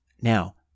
Now